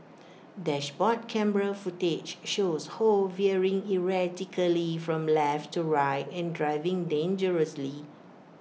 dashboard camera footage shows ho veering erratically from left to right and driving dangerously